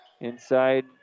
Inside